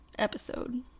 episode